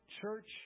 church